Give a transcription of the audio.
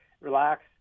relax